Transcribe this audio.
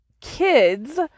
kids